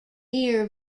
near